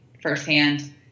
firsthand